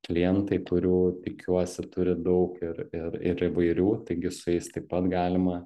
klientai kurių tikiuosi turit daug ir ir ir įvairių taigi su jais taip pat galima